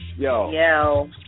Yo